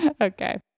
Okay